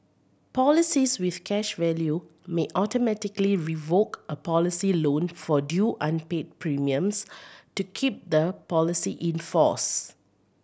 policies with cash value may automatically invoke a policy loan for due unpaid premiums to keep the policy in force